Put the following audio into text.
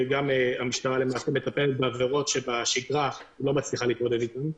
המשטרה מטפלת בעבירות שבשגרה היא לא מצליחה להתמודד איתן,